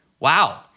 Wow